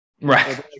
Right